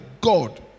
God